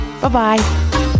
Bye-bye